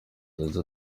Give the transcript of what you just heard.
yagize